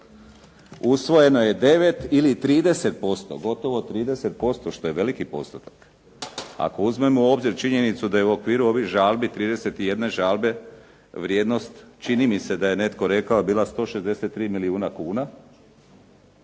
Usvojeno je 9 ili 30%, gotovo 30% što je veliki postotak, ako uzmemo u obzir činjenicu da je u okviru ovih žalbi 31 žalbe, vrijednost čini mi se da je netko rekao bila 163 milijuna kuna,